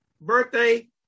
Birthday